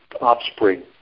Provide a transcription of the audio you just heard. offspring